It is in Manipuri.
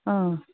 ꯑꯥ